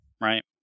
right